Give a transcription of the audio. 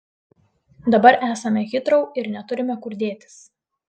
dabar esame hitrou ir neturime kur dėtis